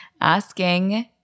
asking